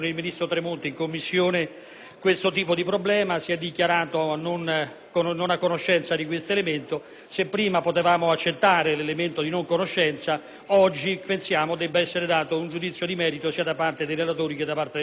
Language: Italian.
Tremonti, il quale si è dichiarato non a conoscenza di questo elemento. Se prima potevamo accettare l'elemento di non conoscenza, oggi pensiamo che debba essere dato un giudizio di merito, sia da parte dei relatori che da parte del Governo, rispetto alla